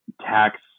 tax